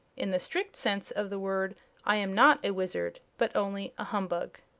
in the strict sense of the word i am not a wizard, but only a humbug.